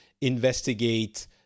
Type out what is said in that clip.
investigate